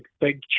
big